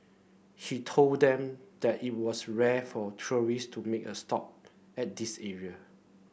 he told them that it was rare for tourist to make a stop at this area